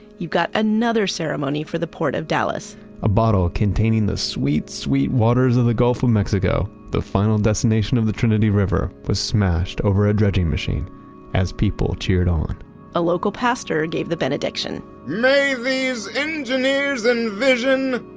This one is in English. you've got another ceremony for the port of dallas a bottle, containing the sweet, sweet waters of the gulf of mexico, the final destination of the trinity river, was smashed over a dredging machine as people cheered on a local pastor gave the benediction may these engineers envision,